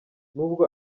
nubwo